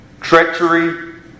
treachery